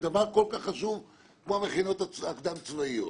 גוף כל כך חשוב כמו המכינות הקדם צבאיות.